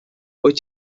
wyt